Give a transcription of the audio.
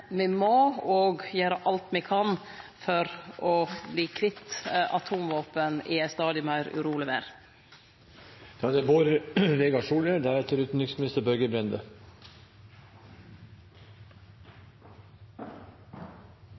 vi har saman med andre NATO-land, men me må òg gjere alt me kan for å verte kvitt atomvåpen i ei stadig meir uroleg